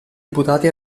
imputati